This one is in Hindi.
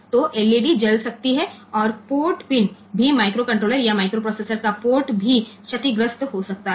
तो एलईडी जल सकती है और पोर्ट पिन भी माइक्रोकंट्रोलर या माइक्रोप्रोसेसर का पोर्ट भी क्षतिग्रस्त हो सकता है